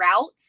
route